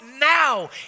now